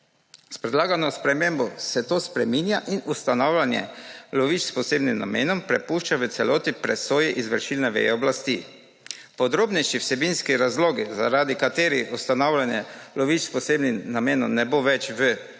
S predlagano spremembo se to spreminja in ustanavljanje lovišč s posebnim namenom prepušča v celoti presoji izvršilne veje oblasti. Podrobnejši vsebinski razlogi, zaradi katerih ustanavljanje lovišč s posebnim namenom ne bo več v